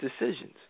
decisions